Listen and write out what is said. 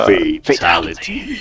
Fatality